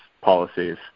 policies